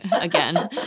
again